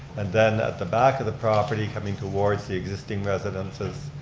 and then, at the back of the property, coming towards the existing residences,